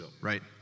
right